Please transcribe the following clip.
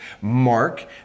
mark